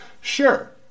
Sure